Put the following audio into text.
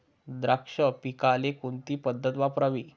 द्राक्ष पिकाला कोणती पद्धत वापरावी?